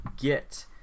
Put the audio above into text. get